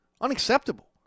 Unacceptable